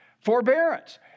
forbearance